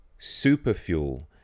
Superfuel